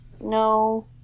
No